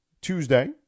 Tuesday